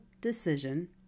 decision